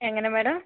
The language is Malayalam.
എങ്ങനെ മാഡം